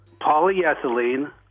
Polyethylene